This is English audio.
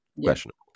questionable